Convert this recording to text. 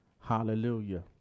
Hallelujah